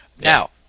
Now